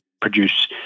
produce